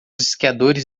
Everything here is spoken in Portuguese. esquiadores